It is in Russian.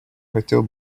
хотел